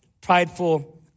prideful